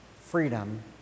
freedom